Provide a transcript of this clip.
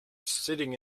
sitting